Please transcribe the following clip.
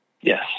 Yes